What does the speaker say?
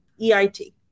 E-I-T